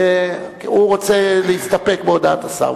הוא רוצה להסתפק בהודעת השר.